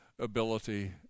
ability